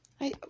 I-